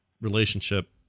relationship